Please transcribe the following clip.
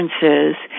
differences